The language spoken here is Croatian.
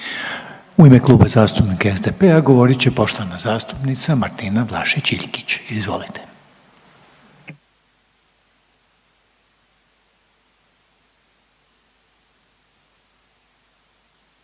U ime Kluba zastupnika SDP-a govorit će poštovana zastupnica Martina Vlašić Iljkić. Izvolite.